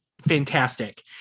fantastic